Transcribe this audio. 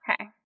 Okay